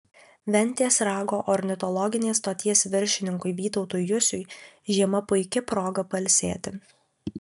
ventės rago ornitologinės stoties viršininkui vytautui jusiui žiema puiki proga pailsėti